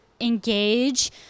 engage